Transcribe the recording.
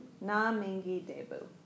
Na-mingi-debu